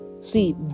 See